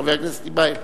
חבר הכנסת טיבייב.